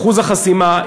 אחוז החסימה,